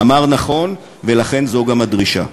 אמר נכון, ולכן זו גם הדרישה.